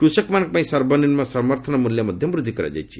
କୃଷକମାନଙ୍କ ପାଇଁ ସର୍ବନିମ୍ନ ସମର୍ଥନ ମୂଲ୍ୟ ମଧ୍ୟ ବୃଦ୍ଧି କରାଯାଇଛି